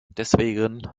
deswegen